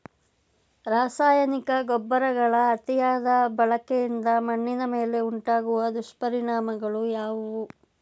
ರಾಸಾಯನಿಕ ಗೊಬ್ಬರಗಳ ಅತಿಯಾದ ಬಳಕೆಯಿಂದ ಮಣ್ಣಿನ ಮೇಲೆ ಉಂಟಾಗುವ ದುಷ್ಪರಿಣಾಮಗಳು ಯಾವುವು?